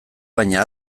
baina